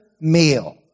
meal